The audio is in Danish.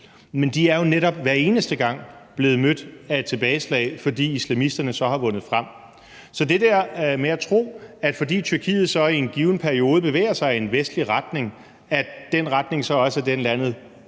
men de er jo netop hver eneste gang blevet mødt af et tilbageslag, fordi islamisterne så har vundet frem. Så det der med at tro, at fordi Tyrkiet så i en given periode bevæger sig i en vestlig retning, så er den retning også er den, landet